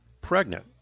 pregnant